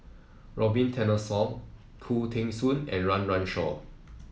Robin Tessensohn Khoo Teng Soon and Run Run Shaw